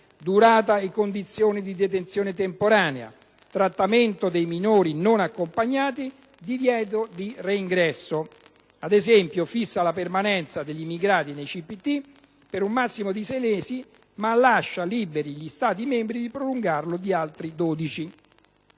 durata e condizioni di detenzione temporanea, trattamento dei minori non accompagnati, divieto di reingresso. Ad esempio, fissa la permanenza degli immigrati nei CPT (centri di permanenza temporanea) per un massimo di sei mesi, ma lascia liberi gli Stati membri di prolungarlo di altri dodici.